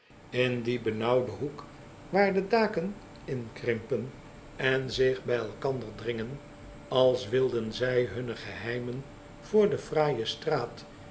in dien benauwden hoek waar de daken inkrimpen en zich by elkanderdringen als wilden zij hunne geheimen voor de fraaie straat